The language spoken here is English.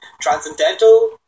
transcendental